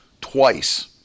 twice